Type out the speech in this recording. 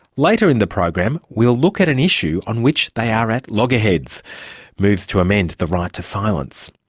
later in the program we'll look at an issue on which they are at loggerheads moves to amend the right to silence.